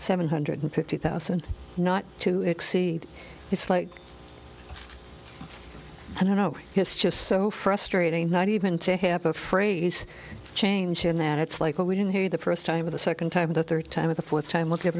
seven hundred fifty thousand not to exceed it's like i don't know his just so frustrating not even to have a phrase change in that it's like we didn't hear the first time for the second time the third time of the fourth time will give